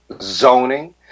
zoning